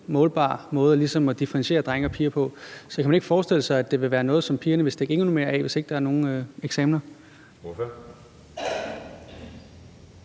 målbar måde ligesom at differentiere drenge og piger på, så kan man ikke forestille sig, at det ville være sådan, at pigerne ville stikke endnu mere af, hvis der ikke var nogen eksamener?